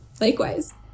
Likewise